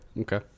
Okay